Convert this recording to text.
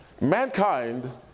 mankind